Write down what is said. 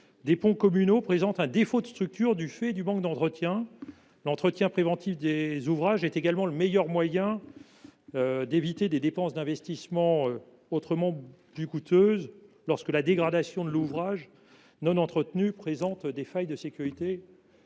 des ponts communaux présentent un défaut de structure du fait du manque d’entretien. Par ailleurs, l’entretien préventif des ouvrages est le meilleur moyen d’éviter des dépenses d’investissement autrement plus coûteuses lorsque la dégradation d’un ouvrage non entretenu entraîne des failles de sécurité.